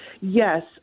yes